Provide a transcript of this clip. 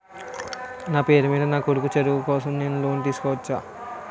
నా పేరు మీద నా కొడుకు చదువు కోసం నేను లోన్ తీసుకోవచ్చా?